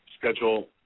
schedule